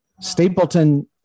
Stapleton